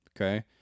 okay